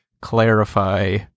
clarify